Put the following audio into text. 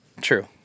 True